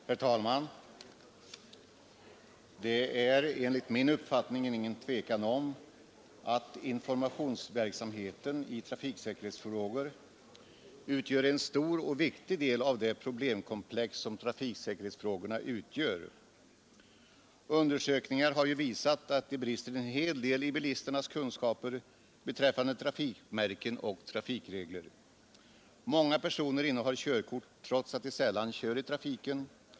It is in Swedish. Herr talman! Det är enligt min uppfattning inget tvivel om att informationsverksamheten är en stor och viktig del av det problemkomplex som trafiksäkerhetsfrågorna utgör. Undersökningar har visat att det brister en hel del i bilisternas kunskaper beträffande trafikmärken och trafikregler. Många personer innehar körkort trots att de sällan kör i trafiken.